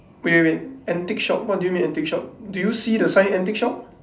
wait wait wait antique shop what do you mean antique shop did you see the sign antique shop